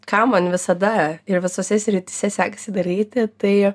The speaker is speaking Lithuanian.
ką man visada ir visose srityse sekasi daryti tai